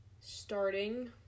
starting